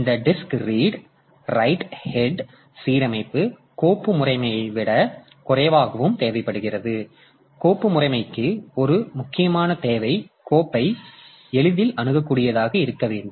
இந்த disk read write head சீரமைப்பு கோப்பு முறைமையை விட குறைவாகவும் தேவைப்படுகிறது கோப்பு முறைமைக்கு ஒரு முக்கியமான தேவை கோப்பை எளிதில் அணுகக்கூடியதாக இருக்க வேண்டும்